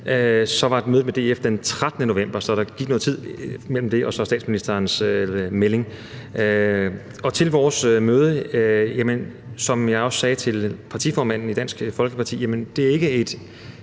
– var mødet med DF den 13. november, så der gik noget tid mellem det og så statsministerens melding. Med hensyn til vores møde vil jeg sige – som jeg også sagde til partiformanden i Dansk Folkeparti – at det ikke er